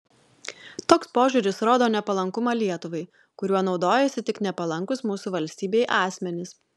toks požiūris rodo nepalankumą lietuvai kuriuo naudojasi tik nepalankūs mūsų valstybei asmenys